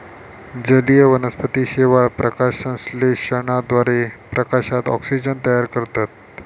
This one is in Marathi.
जलीय वनस्पती शेवाळ, प्रकाशसंश्लेषणाद्वारे प्रकाशात ऑक्सिजन तयार करतत